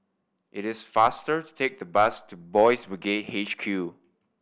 it is faster to take a bus to Boys' Brigade H Q